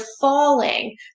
falling